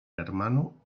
hermano